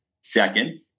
Second